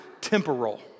temporal